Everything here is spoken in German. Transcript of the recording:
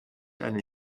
eine